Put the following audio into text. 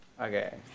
Okay